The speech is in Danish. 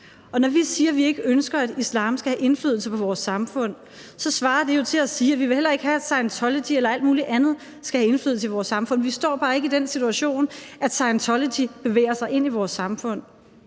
Og når vi siger, vi ikke ønsker, at islam skal have indflydelse på vores samfund, svarer det jo til at sige, at vi heller ikke vil have, at Scientology eller alt muligt andet skal have indflydelse på vores samfund. Vi står bare ikke i den situation, at Scientology bevæger sig ind i vores samfund.